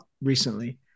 recently